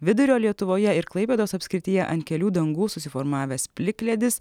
vidurio lietuvoje ir klaipėdos apskrityje ant kelių dangų susiformavęs plikledis